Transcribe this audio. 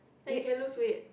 and you can lose weight